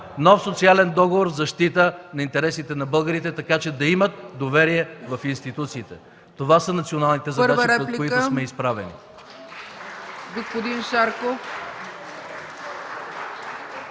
нов социален договор в защита на интересите на българите, така че да имат доверие в институциите. Това са националните задачи, пред които сме изправени.